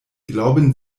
glauben